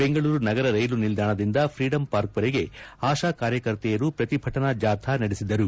ಬೆಂಗಳೂರು ನಗರ ರೈಲು ನಿಲ್ದಾಣದಿಂದ ಫ್ರೀಡಂಪಾರ್ಕ್ವರೆಗೆ ಆಶಾಕಾರ್ಯಕರ್ತೆಯರು ಪ್ರತಿಭಟನಾ ಜಾಥಾ ನಡೆಸಿದರು